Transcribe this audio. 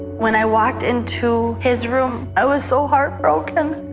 when i walked into his room, i was so heartbroken.